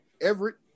Everett